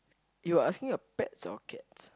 you asking a pets or cats